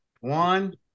One